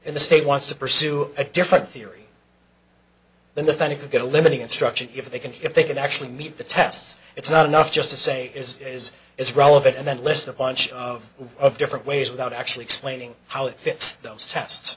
in the state wants to pursue a different theory than the family could get a living instruction if they can if they can actually meet the test it's not enough just to say is is is relevant and then list the bunch of different ways without actually explaining how it fits those test